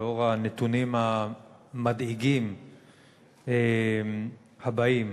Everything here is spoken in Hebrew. לאור הנתונים המדאיגים הבאים: